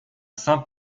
saint